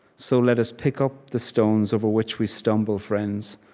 so let us pick up the stones over which we stumble, friends,